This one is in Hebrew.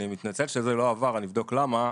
אני מתנצל שזה לא עבר, אני אבדוק למה.